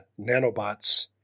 nanobots